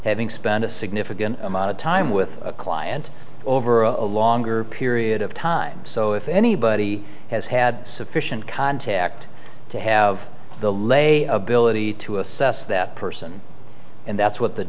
having spent a significant amount of time with a client over a longer period of time so if anybody has had sufficient contact to have the lay of billet he to assess that person and that's what the